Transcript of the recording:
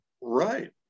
right